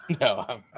No